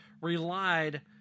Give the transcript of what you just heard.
relied